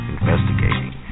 Investigating